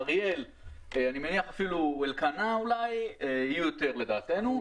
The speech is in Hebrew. אריאל ואולי גם אלקנה יהיו יותר לדעתנו,